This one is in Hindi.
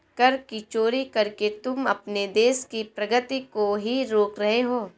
कर की चोरी करके तुम अपने देश की प्रगती को ही रोक रहे हो